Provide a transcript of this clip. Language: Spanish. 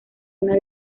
una